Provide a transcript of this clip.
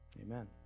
Amen